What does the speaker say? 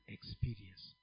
experience